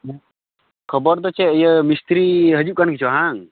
ᱠᱷᱚᱵᱚᱨ ᱫᱚ ᱪᱮᱫ ᱤᱭᱟᱹ ᱢᱤᱥᱛᱤᱨᱤ ᱦᱟᱹᱡᱩᱜ ᱠᱟᱱ ᱜᱮᱪᱚᱝ ᱵᱟᱝ